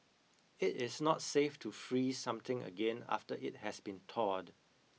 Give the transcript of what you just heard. it is not safe to freeze something again after it has been thawed